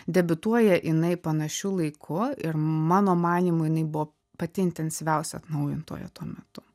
debiutuoja jinai panašiu laiku ir mano manymu jinai buvo pati intensyviausia atnaujintoja tuo metu